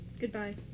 Goodbye